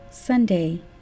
Sunday